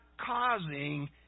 causing